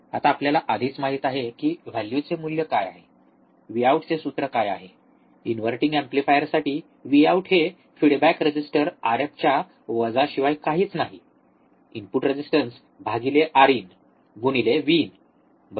आता आपल्याला आधीच माहित आहे की व्हॅल्यूचे मूल्य काय आहे Vout चे सूत्र काय आहे इनव्हर्टिंग एम्पलीफायरसाठी Vout हे फीडबॅक रेझिस्टर Rf च्या वजाशिवाय काहीच नाही इनपुट रेझिस्टन्स भागिले Rin गुणिले Vin बरोबर